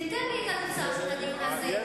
תן לי את התוצאה של הדיון הזה.